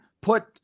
put